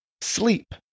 sleep